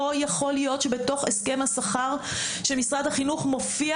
לא יכול להיות שבתוך הסכם השכר של משרד החינוך מופיע